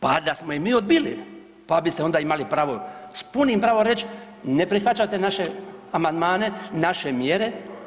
Pa da smo je mi odbili, pa biste onda imali pravo, s punim pravom reći ne prihvaćate naše amandmane, naše mjere.